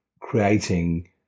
creating